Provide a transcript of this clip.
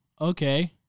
okay